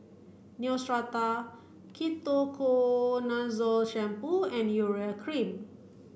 Neostrata Ketoconazole shampoo and Urea cream